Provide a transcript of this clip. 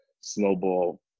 snowball